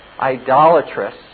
idolatrous